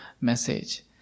message